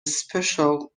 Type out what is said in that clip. special